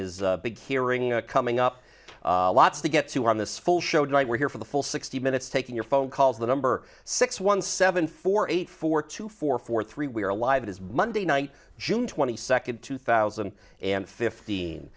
is big hearing a coming up lots to get to on this full showed right we're here for the full sixty minutes taking your phone calls the number six one seven four eight four two four four three we're alive it is monday night june twenty second two thousand and fifteen